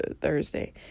Thursday